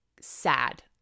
sad